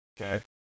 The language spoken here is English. Okay